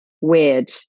Weird